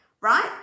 right